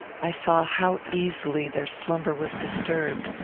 i saw how easily their slumber was disturbed.